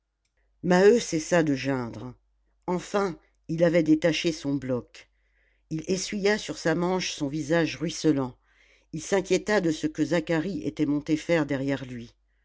maheu cessa de geindre enfin il avait détaché son bloc il essuya sur sa manche son visage ruisselant il s'inquiéta de ce que zacharie était monté faire derrière lui